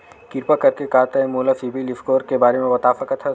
किरपा करके का तै मोला सीबिल स्कोर के बारे माँ बता सकथस?